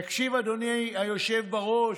תקשיב, אדוני היושב בראש,